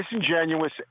disingenuous